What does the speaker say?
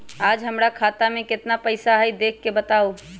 आज हमरा खाता में केतना पैसा हई देख के बताउ?